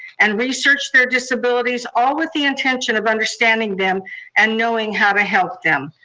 and research their disabilities, all with the intention of understanding them and knowing how to help them.